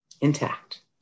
intact